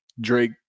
Drake